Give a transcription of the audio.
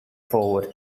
forward